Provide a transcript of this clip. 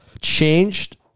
changed